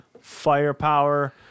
firepower